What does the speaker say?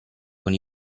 con